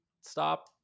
stop